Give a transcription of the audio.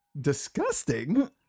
Disgusting